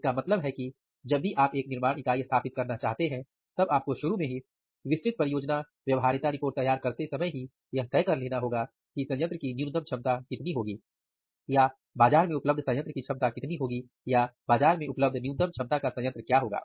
इसका मतलब है कि जब भी आप एक निर्माण इकाई स्थापित करना चाहते हैं तब आपको शुरू में ही विस्तृत परियोजना व्यवहार्यता रिपोर्ट तैयार करते समय ही यह तय कर लेना होगा कि संयंत्र की न्यूनतम क्षमता कितनी होगी या बाजार में उपलब्ध संयंत्र की क्षमता कितनी होगी या बाजार में उपलब्ध न्यूनतम क्षमता का संयंत्र क्या होगा